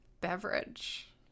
beverage